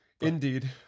Indeed